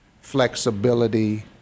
flexibility